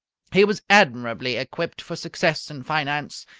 he was admirably equipped for success in finance,